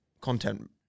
content